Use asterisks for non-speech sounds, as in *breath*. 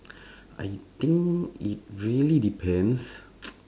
*breath* I think it really depends *noise*